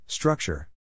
Structure